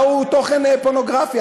מהו תוכן פורנוגרפי.